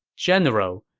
general,